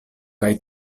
kaj